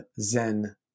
Zen